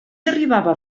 arribava